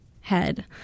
head